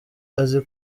azi